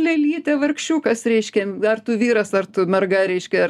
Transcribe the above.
lėlytė vargšiukas reiškia ar tu vyras ar tu merga reiškia ar